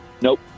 Nope